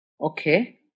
Okay